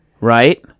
right